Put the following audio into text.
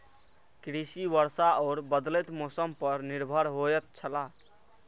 कृषि वर्षा और बदलेत मौसम पर निर्भर होयत छला